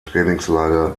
trainingslager